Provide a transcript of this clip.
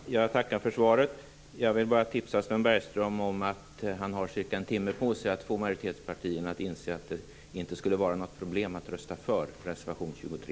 Fru talman! Jag tackar för svaret. Jag vill bara tipsa Sven Bergström om att han har ungefär en timme på sig att få majoritetspartierna att inse att det inte skulle vara något problem att rösta för reservation 23